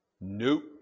Nope